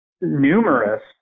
numerous